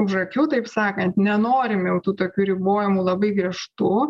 už akių taip sakant nenorim jau tų tokių ribojimų labai griežtų